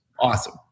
awesome